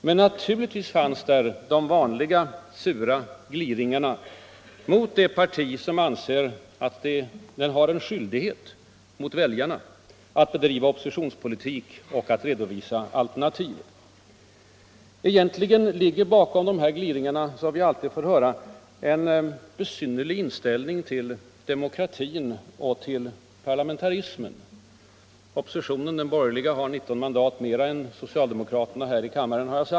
Men naturligtvis fanns där de vanliga sura gliringarna mot det parti som anser att det har en skyldighet mot väljarna att bedriva oppositionspolitik och att redovisa alternativ. Bakom dessa gliringar, som vi alltid får höra, tycks ligga en besynnerlig inställning till demokratin och till parlamentarismen. Den borgerliga oppositionen har 19 mandat mer än socialdemokraterna här i kammaren.